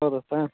ಹೌದಾ ಸ